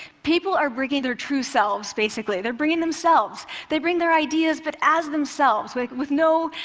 people are bringing their true selves, basically. they're bringing themselves. they bring their ideas, but as themselves, with with no,